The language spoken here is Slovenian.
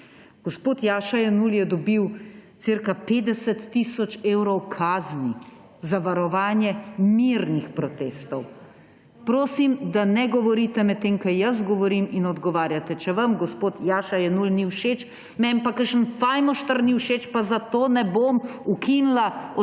Gospod Jaša Jenull je dobil cirka 50 tisoč evrov kazni za varovanje mirnih protestov − prosim, da ne govorite, medtem ko govorim in odgovarjate. Če vam gospod Jaša Jenull ni všeč, meni pa kakšen fajmošter ni všeč, pa zato ne bom ukinila